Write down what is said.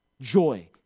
joy